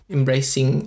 Embracing